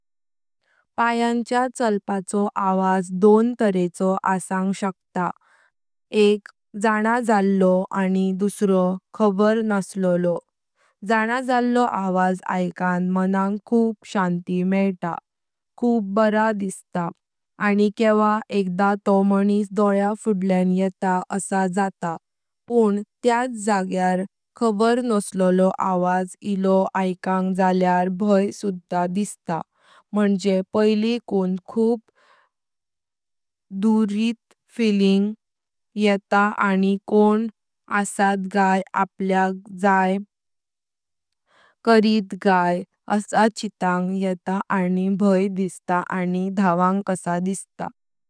पायांच्या चळपाचो आवाज दोन तरे असंग शक्यता एक जना जातलो आणि दुसरो खबर नसलो जना जातलो आवाज आइकां मनां खूप शांती मेइतां खूप बारा दिसता आणि केवा एकदा तो मानिस दोल्यां फुडल्यान येता आसा जाता पुनः त्यात जाग्यार खबर नसलो आवाज आइकांक भाई सुधा दिसता मुंजे पैली कुण दुसरीत येता आणि कोण असत गाय आपल्या जायक करीत गाय आसा चितां येता आणि भाई दिसता आणि धावांग कसा दिसता।